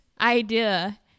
idea